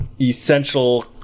essential